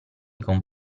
con